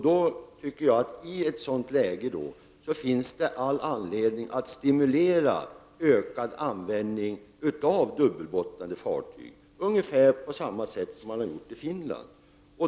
Då tycker jag att det i ett sådant läge finns all anledning att stimulera ökad användning av dubbelbottnade fartyg, ungefär på samma sätt som man har gjort i Finland.